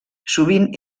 sovint